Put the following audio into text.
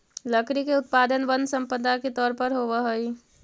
लकड़ी के उत्पादन वन सम्पदा के तौर पर होवऽ हई